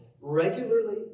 regularly